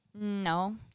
No